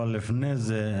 אבל לפני זה,